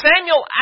Samuel